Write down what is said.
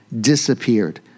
disappeared